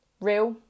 real